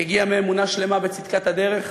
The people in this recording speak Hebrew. הגיעה מאמונה שלמה בצדקת הדרך,